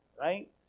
right